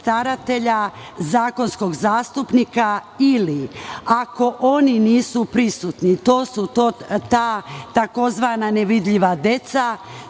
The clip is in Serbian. staratelja, zakonskog zastupnika. Ako oni nisu prisutni, to su ta tzv. nevidljiva deca